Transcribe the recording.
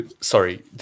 sorry